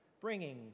bringing